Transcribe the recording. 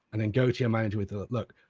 and then go to your manager with, look,